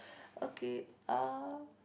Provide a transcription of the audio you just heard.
okay uh